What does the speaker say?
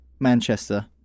Manchester